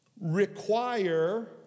require